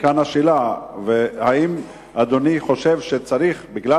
וכאן השאלה: האם אדוני חושב שבגלל